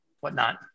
whatnot